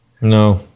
No